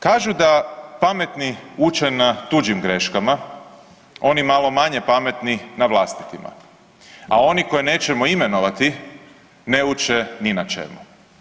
Kažu da pametni uče na tuđim greškama, oni malo manje pametni, na vlastitima, a oni koje nećemo imenovati, ne uče ni na čemu.